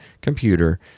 computer